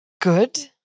Good